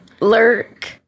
Lurk